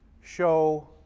show